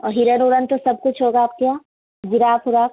और हिरन ओरन तो सब कुछ होगा आपके यहाँ जिराफ ओराफ